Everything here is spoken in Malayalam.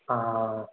ആ